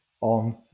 on